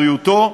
בריאותו,